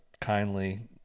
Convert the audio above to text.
kindly